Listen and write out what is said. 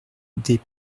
des